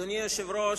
אדוני היושב-ראש,